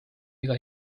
iga